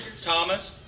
Thomas